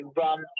run